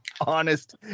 honest